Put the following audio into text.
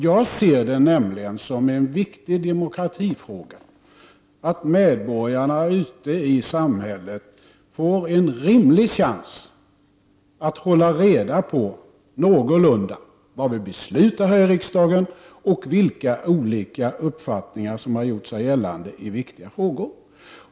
Jag ser det nämligen som en viktig demokratifråga att medborgarna ute i samhället får en rimlig chans att någorlunda hålla reda på vad vi beslutar här i riksdagen och vilka olika uppfattningar som har gjort sig gällande i viktiga frågor.